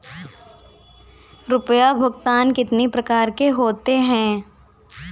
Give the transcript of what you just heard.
रुपया भुगतान कितनी प्रकार के होते हैं?